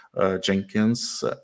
Jenkins